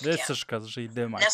visiškas žaidimas